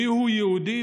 מיהו יהודי,